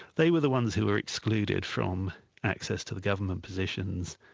they were the ones who were excluded from access to the government positions,